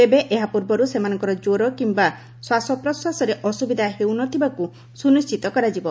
ତେବେ ଏହା ପୂର୍ବରୁ ସେମାନଙ୍କର ଜ୍ୱର କିମ୍ବା ଶ୍ୱାସପ୍ରଶ୍ୱାସରେ ଅସୁବିଧା ନହେଉଥିବାକୁ ସୁନିଶ୍ଚିତ କରାଯିବ